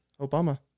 Obama